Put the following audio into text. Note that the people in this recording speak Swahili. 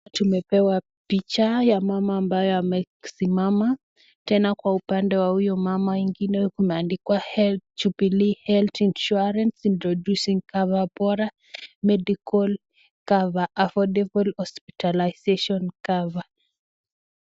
tumepewa picha ya mama ambayo amesimama tena kwa upande wa huyo mama mwingine kumeandikwa (health jubilii health insuarance introducing cover) bora, (medical cover affordable hospitalization cover).